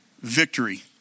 victory